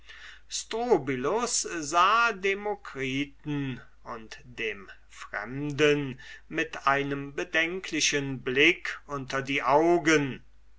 sah dem demokritus und dem fremden mit einem bedenklichen blick unter die augen